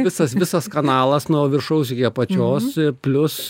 visas visas kanalas nuo viršaus iki apačios ir plius